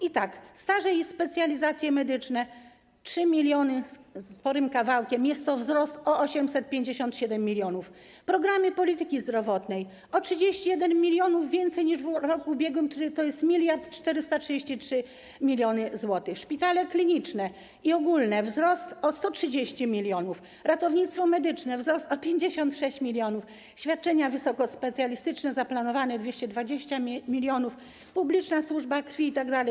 I tak: staże i specjalizacje medyczne - 3 mln ze sporym kawałkiem, wzrost o 857 mln, programy polityki zdrowotnej - o 31 mln więcej niż było w roku ubiegłym, tj. 1433 mln zł, szpitale kliniczne i ogólne - wzrost o 130 mln, ratownictwo medyczne - wzrost o 56 mln, świadczenia wysokospecjalistyczne - zaplanowane 220 mln, publiczna służba krwi itd.